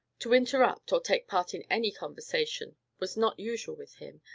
to interrupt, or take part in any conversation, was not usual with him,